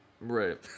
Right